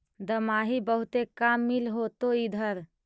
दमाहि बहुते काम मिल होतो इधर?